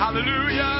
Hallelujah